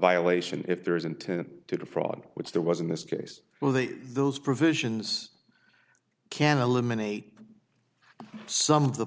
violation if there is intent to defraud which there was in this case well the those provisions can eliminate some of the